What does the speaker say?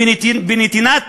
בנתינת